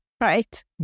Right